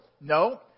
No